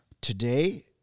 today